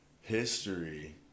history